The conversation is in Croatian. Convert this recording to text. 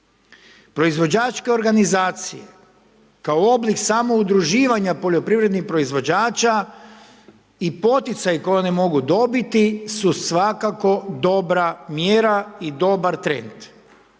Proizvođačke organizacije kao oblik samoudruživanja poljoprivrednih proizvođača i poticaj koji oni mogu dobiti su svakako dobra mjera i dobar trend,